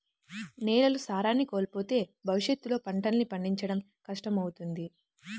నేలలు సారాన్ని కోల్పోతే భవిష్యత్తులో పంటల్ని పండించడం కష్టమవుతుంది